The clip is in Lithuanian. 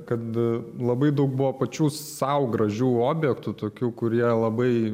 kad labai daug buvo pačių sau gražių objektų tokių kurie labai